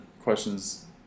questions